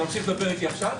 אתה ממשיך לדבר איתי עכשיו?